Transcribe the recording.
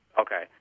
Okay